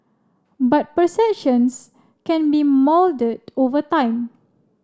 but perceptions can be moulded over time